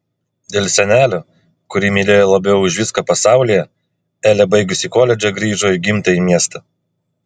dėl senelio kurį mylėjo labiau už viską pasaulyje elė baigusi koledžą grįžo į gimtąjį miestą